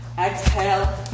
Exhale